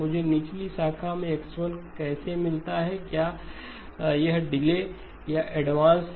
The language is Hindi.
मुझे निचली शाखा में X1 कैसे मिलता है क्या यह डिले या एडवांस है